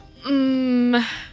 Mmm